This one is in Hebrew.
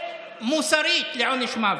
ומוסרית לעונש מוות.